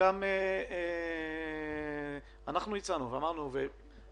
הצענו משהו